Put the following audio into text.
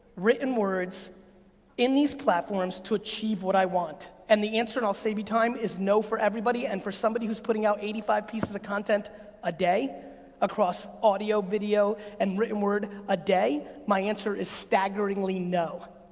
written words in these platforms to achieve what i want, and the answer, and i'll save you time is no for everybody, and for somebody who's putting out eighty five pieces of content a day across audio, video and written word a day, my answer is staggeringly no.